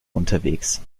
unterwegs